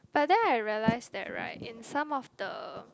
but then I realize that right in some of the